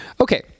Okay